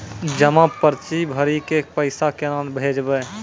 जमा पर्ची भरी के पैसा केना भेजबे?